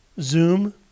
Zoom